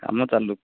କାମ ଚାଲୁ